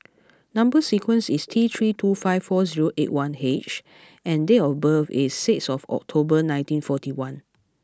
number sequence is T three two five four zero eight one H and date of birth is six of October nineteen forty one